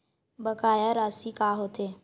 बकाया राशि का होथे?